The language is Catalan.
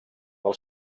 del